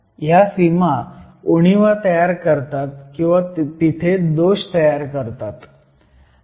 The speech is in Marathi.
ह्या सीमा उणिवा तयार करतात